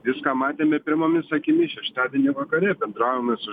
viską matėme pirmomis akimis šeštadienį vakare bendravome su